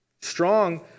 strong